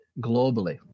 globally